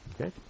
Okay